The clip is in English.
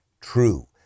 true